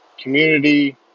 community